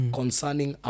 concerning